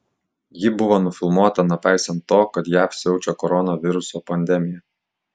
ji buvo nufilmuota nepaisant to kad jav siaučia koronaviruso pandemija